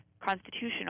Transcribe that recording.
Constitutional